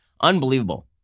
Unbelievable